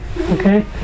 Okay